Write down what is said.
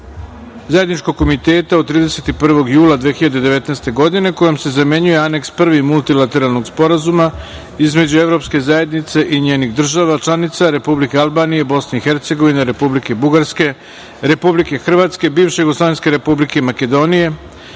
zajedničkog komiteta od 31. jula 2019. godine, kojom se zamenjuje Aneks I multilateralnog Sporazuma između evropske zajednice i njenih država, članica Republike Albanije i Bosne i Hercegovine, Republike Bugarske, Republike Hrvatske, bivše Jugoslovenske Republike Makedonije,